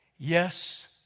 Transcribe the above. Yes